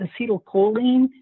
acetylcholine